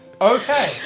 okay